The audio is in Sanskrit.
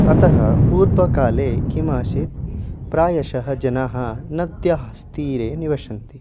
अतः पूर्वकाले किमासीत् प्रायशः जनाः नद्याः तीरे निवसन्ति